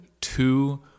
two